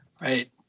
Right